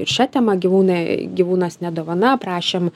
šia tema gyvūnai gyvūnas ne dovana prašėm